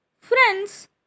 Friends